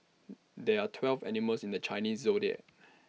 there are twelve animals in the Chinese Zodiac